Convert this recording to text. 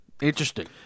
Interesting